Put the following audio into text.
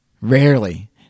Rarely